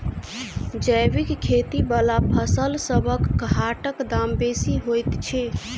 जैबिक खेती बला फसलसबक हाटक दाम बेसी होइत छी